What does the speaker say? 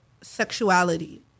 sexuality